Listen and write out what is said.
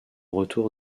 retour